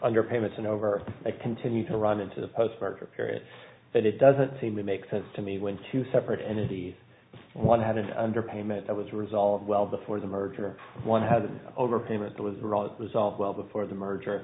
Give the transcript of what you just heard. under payments and over a continued to run into the postpartum period that it doesn't seem to make sense to me when two separate entities one had an underpayment that was resolved well before the merger one had an overpayment that was resolved well before the merger